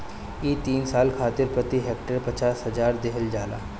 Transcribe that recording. इ तीन साल खातिर प्रति हेक्टेयर पचास हजार देहल जाला